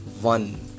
one